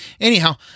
anyhow